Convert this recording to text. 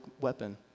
weapon